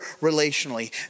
relationally